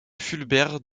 fulbert